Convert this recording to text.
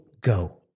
go